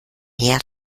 mehr